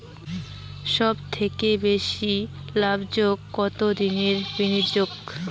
সবথেকে বেশি লাভজনক কতদিনের বিনিয়োগ?